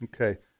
Okay